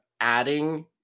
adding